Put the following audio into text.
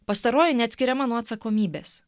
pastaroji neatskiriama nuo atsakomybės